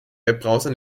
webbrowser